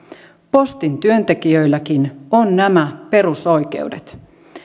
postin työntekijöilläkin on nämä perusoikeudet